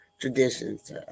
traditions